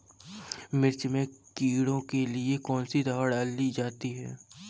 मिर्च में कीड़ों के लिए कौनसी दावा डाली जाती है?